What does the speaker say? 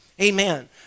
Amen